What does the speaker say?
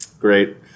Great